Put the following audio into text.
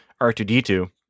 r2d2